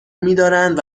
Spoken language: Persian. میدارند